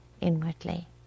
inwardly